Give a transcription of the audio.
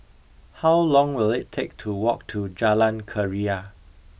how long will it take to walk to Jalan Keria